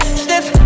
stiff